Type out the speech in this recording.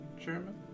chairman